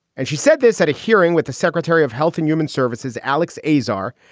and she said this at a hearing with the secretary of health and human services, alex azar.